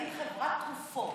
האם חברת תרופות